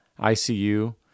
ICU